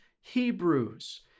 Hebrews